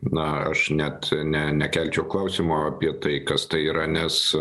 na aš net ne nekelčiau klausimo apie tai kas tai yra nes